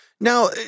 Now